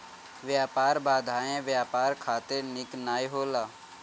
व्यापार बाधाएँ व्यापार खातिर निक नाइ होला